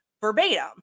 verbatim